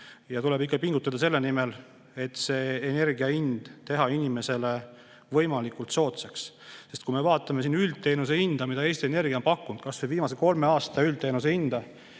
ja tuleb ikka pingutada selle nimel, et energia hind teha inimesele võimalikult soodsaks. Kui me vaatame üldteenuse hinda, mida Eesti Energia on pakkunud, kas või viimase kolme aasta üldteenuse hinda,